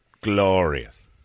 Glorious